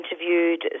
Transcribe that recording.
interviewed